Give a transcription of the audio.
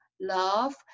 Love